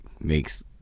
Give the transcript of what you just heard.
makes